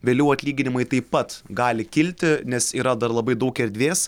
vėliau atlyginimai taip pat gali kilti nes yra dar labai daug erdvės